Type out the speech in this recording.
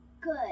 good